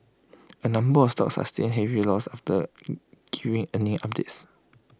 A number of stocks sustain heavy loss after giving earning updates